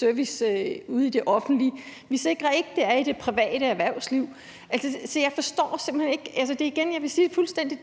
service ude i det offentlige; vi sikrer det ikke i forhold til det private erhvervsliv. Så jeg forstår det simpelt hen ikke. Hvad er det, ordføreren vil? Hvordan